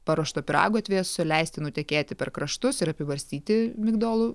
paruošto pyrago atvėsusio leisti nutekėti per kraštus ir apibarstyti migdolų